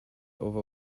over